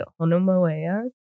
Honomoea